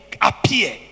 appear